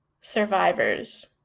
survivors